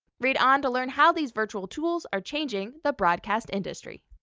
read on to learn how these virtual tools are changing the broadcast industry.